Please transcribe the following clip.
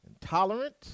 tolerant